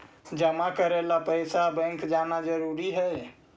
जमा करे ला पैसा बैंक जाना जरूरी है?